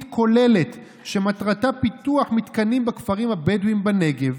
כוללת שמטרתה פיתוח מתקנים בכפרים הבדואיים בנגב,